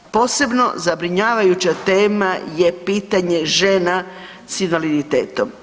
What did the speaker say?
Posebno zabrinjavajuća tema je pitanje žena s invaliditetom.